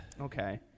Okay